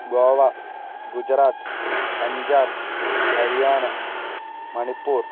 Goa Gujarat Punjab Haryana Manipur